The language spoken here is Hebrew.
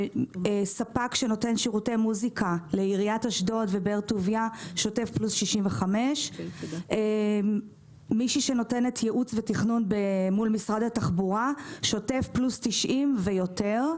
ספק שנותן שירותי מוזיקה לעיריית אשדוד ובאר טוביה שוטף פלוס 65. מישהי שנותנת ייעוץ ותכנון מול משרד התחבורה שוטף פלוס 90 ויותר.